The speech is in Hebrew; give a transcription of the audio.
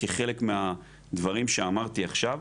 כחלק מהדברים שאמרתי עכשיו,